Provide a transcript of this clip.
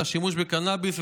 את השימוש בקנביס,